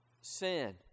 sin